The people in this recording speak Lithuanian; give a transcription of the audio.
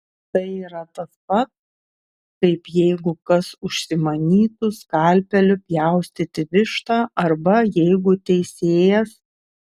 tai yra tas pat kaip jeigu kas užsimanytų skalpeliu pjaustyti vištą arba jeigu teisėjas